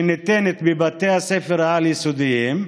שניתנת בבתי הספר העל-יסודיים,